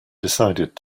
decided